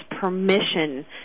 permission